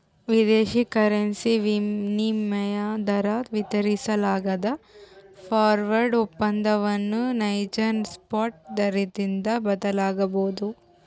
ವಿದೇಶಿ ಕರೆನ್ಸಿ ವಿನಿಮಯ ದರ ವಿತರಿಸಲಾಗದ ಫಾರ್ವರ್ಡ್ ಒಪ್ಪಂದವನ್ನು ನೈಜ ಸ್ಪಾಟ್ ದರದಿಂದ ಬದಲಾಗಬೊದು